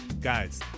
guys